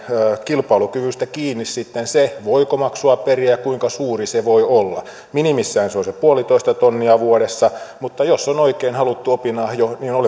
kilpailukyvystä kiinni sitten se voiko maksua periä ja kuinka suuri se voi olla minimissään se on puolitoista tonnia vuodessa mutta jos on oikein haluttu opinahjo niin olen